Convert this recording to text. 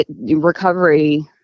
Recovery